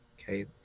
Okay